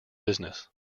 business